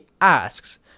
asks